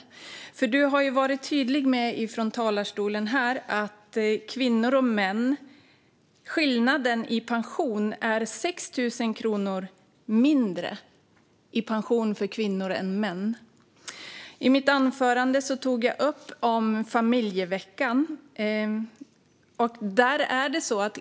Ministern har varit tydlig från talarstolen här om skillnaden i pension mellan kvinnor och män. Kvinnor får 6 000 kronor mindre i pension än vad män får. Jag tog upp familjeveckan i mitt anförande.